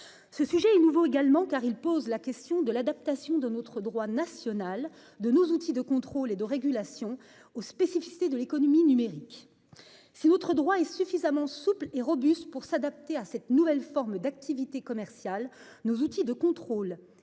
Ce sujet est nouveau également car il pose la question de l'adaptation de notre droit national de nos outils de contrôle et de régulation aux spécificités de l'économie numérique. C'est votre droit est suffisamment souple et robuste pour s'adapter à cette nouvelle forme d'activité commerciale nos outils de contrôle